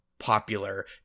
Popular